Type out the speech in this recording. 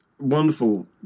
wonderful